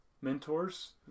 mentors